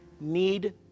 need